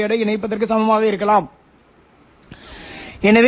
4Gigahertz மற்றும் ωLo அதற்கு மிக நெருக்கமாக இருக்கும்